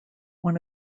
one